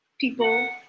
People